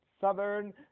Southern